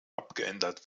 abgeändert